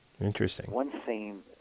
Interesting